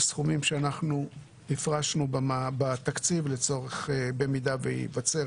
סכומים שאנחנו הפרשנו בתקציב למקרה שייווצר